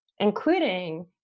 including